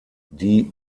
die